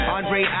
Andre